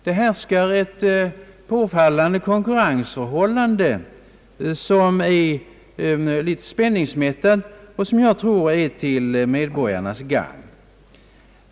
Det härskar ett påtagligt konkurrensförhållande, litet spänningsmättat och som jag tror är till medborgarnas gagn.